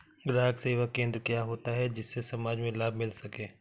ग्राहक सेवा केंद्र क्या होता है जिससे समाज में लाभ मिल सके?